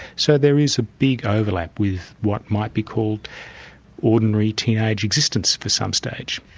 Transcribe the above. so there is a big overlap with what might be called ordinary teenage existence for some stage.